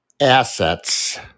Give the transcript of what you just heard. assets